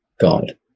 god